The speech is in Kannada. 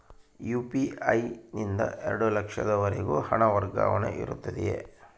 ಯು.ಪಿ.ಐ ನಿಂದ ಎರಡು ಲಕ್ಷದವರೆಗೂ ಹಣ ವರ್ಗಾವಣೆ ಇರುತ್ತದೆಯೇ?